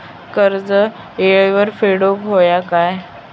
कर्ज येळेवर फेडूक होया काय?